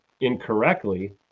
incorrectly